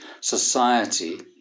society